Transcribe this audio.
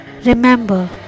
Remember